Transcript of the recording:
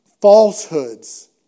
falsehoods